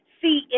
see